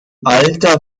alter